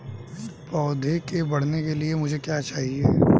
पौधे के बढ़ने के लिए मुझे क्या चाहिए?